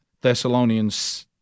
Thessalonians